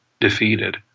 defeated